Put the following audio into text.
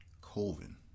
Colvin